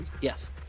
Yes